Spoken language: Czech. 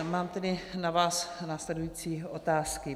Mám tedy na vás následující otázky.